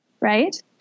right